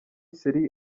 serie